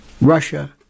Russia